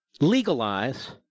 Legalize